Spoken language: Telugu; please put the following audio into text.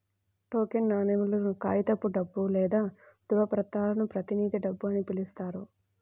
టోకెన్ నాణేలు, కాగితపు డబ్బు లేదా ధ్రువపత్రాలను ప్రతినిధి డబ్బు అని పిలుస్తారు